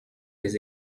des